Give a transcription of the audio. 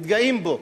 מתגאים בו,